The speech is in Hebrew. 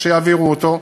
או שיעבירו אותו,